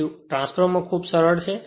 તેથી ટ્રાન્સફોર્મર ખૂબ સરળ છે